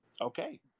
okay